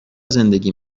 زندگی